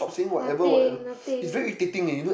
nothing nothing